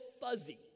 fuzzy